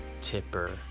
tipper